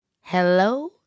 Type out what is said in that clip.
Hello